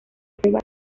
prueba